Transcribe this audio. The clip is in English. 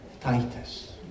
Titus